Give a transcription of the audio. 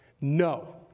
No